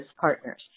partners